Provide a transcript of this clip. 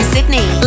Sydney